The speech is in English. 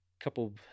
couple